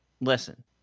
listen